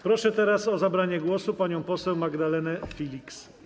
Proszę teraz o zabranie głosu panią poseł Magdalenę Filiks.